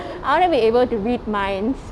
I want to be able to read minds